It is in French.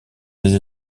des